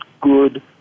good